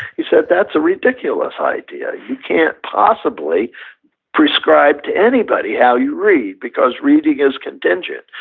he said, that's a ridiculous idea. you can't possibly prescribe to anybody how you read because reading is contingent.